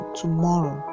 tomorrow